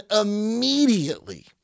immediately